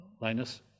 Linus